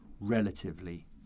relatively